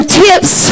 tips